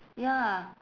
ya